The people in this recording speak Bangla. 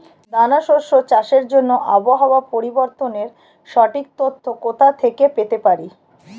দানা শস্য চাষের জন্য আবহাওয়া পরিবর্তনের সঠিক তথ্য কোথা থেকে পেতে পারি?